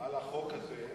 על החוק הזה,